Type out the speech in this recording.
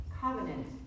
covenant